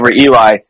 Eli